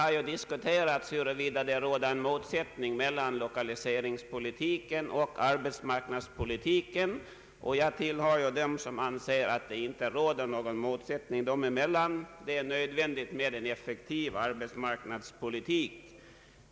Man har diskuterat huruvida det råder en motsättning mellan lokaliseringspolitiken och arbetsmarknadspolitiken, och jag tillhör dem som anser att det inte råder någon motsättning dem emellan. Det är nödvändigt med en effektiv arbetsmarknadspolitik.